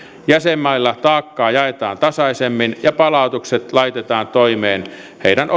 jäsenmaille taakkaa jaetaan tasaisemmin ja palautukset laitetaan toimeen heidän